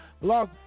Blog